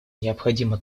необходимо